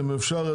אם אפשר,